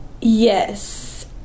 Yes